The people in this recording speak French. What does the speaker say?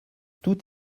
tout